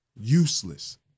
Useless